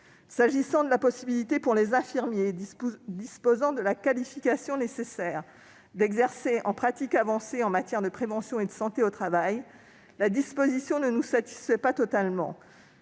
S'agissant de la possibilité pour les infirmiers disposant de la qualification nécessaire d'exercer en pratique avancée en matière de prévention et de santé au travail, la disposition ne nous satisfait pas totalement.